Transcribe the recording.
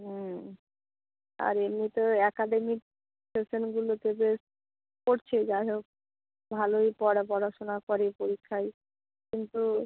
হুম আর এমনিতেও অ্যাকাডেমিক সেশনগুলোতে যে পড়ছে যাইহোক ভালোই পড়া পড়াশোনা করে পরীক্ষায় কিন্তু